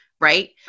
right